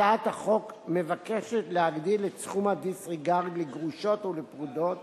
הצעת החוק מבקשת להגדיל את סכום ה-disregard לגרושות ולפרודות